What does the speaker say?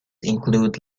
include